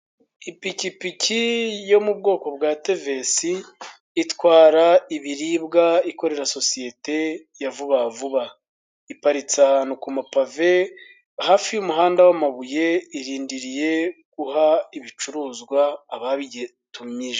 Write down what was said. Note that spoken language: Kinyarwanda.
Ipikipiki yo mu bwoko bwa tevesi itwara ibiribwa ikorera sosiyete ya vuba vuba. Iparitse ahantu ku mapave hafi y'umuhanda w'amabuye, irindiriye guha ibicuruzwa ababitumije.